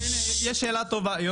הינה, יש שאלה טובה.